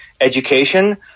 education